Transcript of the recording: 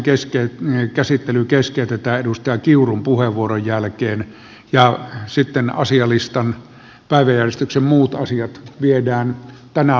tämän asian käsittely keskeytetään edustaja kiurun puheenvuoron jälkeen ja sitten päiväjärjestyksen muut asiat viedään tänään loppuun